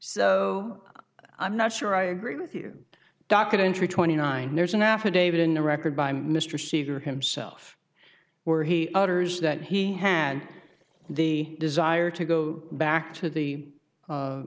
so i'm not sure i agree with you docket entry twenty nine there's an affidavit in the record by mr seeger himself where he utters that he had the desire to go back to the